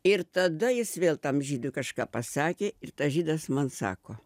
ir tada jis vėl tam žydui kažką pasakė ir tas žydas man sako